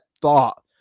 thought